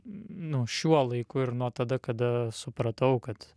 nu šiuo laiku ir nuo tada kada supratau kad